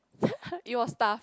it was tough